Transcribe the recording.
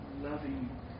loving